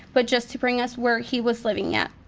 but just to bring us where he was living at.